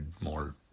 more